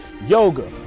yoga